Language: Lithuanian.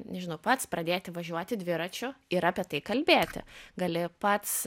nežinau pats pradėti važiuoti dviračiu ir apie tai kalbėti gali pats